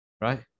right